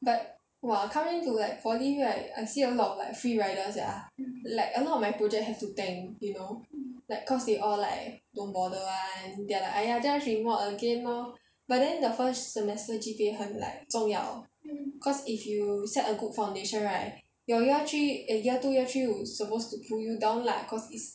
but !wah! come in to like poly right I see a lot of like free riders sia like a lot of my project have to tank you know like cause they all like don't bother ah they are like !aiya! just re mod again lor but then the first semester G_P_A 很 like 重要 cause if you set a good foundation right your year three eh year two year three supposed to pull you down lah cause it's